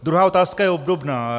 Druhá otázka je obdobná.